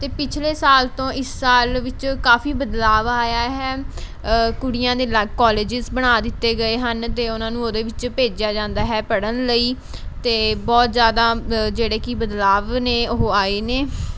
ਅਤੇ ਪਿਛਲੇ ਸਾਲ ਤੋਂ ਇਸ ਸਾਲ ਵਿੱਚ ਕਾਫੀ ਬਦਲਾਵ ਆਇਆ ਹੈ ਕੁੜੀਆਂ ਦੇ ਅਲੱਗ ਕੋਲਜਿਸ ਬਣਾ ਦਿੱਤੇ ਗਏ ਹਨ ਅਤੇ ਉਹਨਾਂ ਨੂੰ ਉਹਦੇ ਵਿੱਚ ਭੇਜਿਆ ਜਾਂਦਾ ਹੈ ਪੜ੍ਹਨ ਲਈ ਅਤੇ ਬਹੁਤ ਜ਼ਿਆਦਾ ਜਿਹੜੇ ਕਿ ਬਦਲਾਵ ਨੇ ਉਹ ਆਏ ਨੇ